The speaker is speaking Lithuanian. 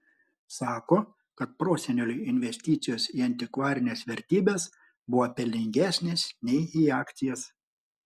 sako kad proseneliui investicijos į antikvarines vertybes buvo pelningesnės nei į akcijas